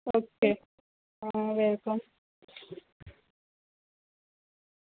okay welcome